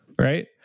right